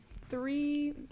three